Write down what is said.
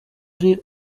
ari